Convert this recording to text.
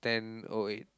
ten or eight